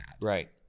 Right